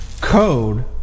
code